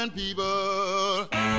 people